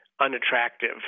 unattractive